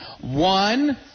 One